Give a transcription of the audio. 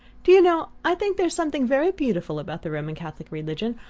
do you know, i think there's something very beautiful about the roman catholic religion?